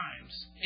times